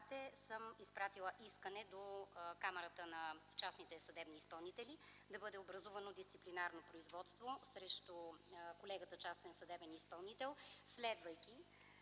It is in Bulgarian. съм изпратила искане до Камарата на частните съдебни изпълнители да бъде образувано дисциплинарно производство срещу колегата частен съдебен изпълнител следвайки